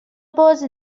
بازی